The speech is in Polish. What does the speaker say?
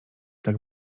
tak